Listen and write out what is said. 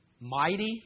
mighty